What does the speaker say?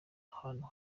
ahantu